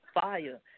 fire